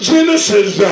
Genesis